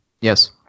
Yes